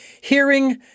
Hearing